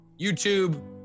YouTube